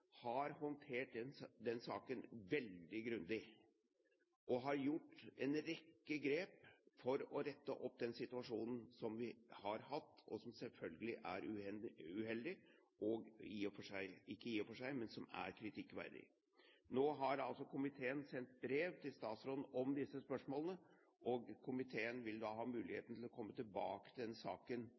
har håndtert den saken veldig grundig og har gjort en rekke grep for å rette opp den situasjonen som vi har hatt, som selvfølgelig er uheldig og kritikkverdig. Nå har altså komiteen sendt brev til statsråden om disse spørsmålene, og komiteen vil da ha mulighet til å komme tilbake til den saken